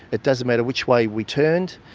it doesn't matter which way we turned,